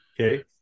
Okay